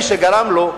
מי שגרם לו,